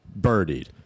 birdied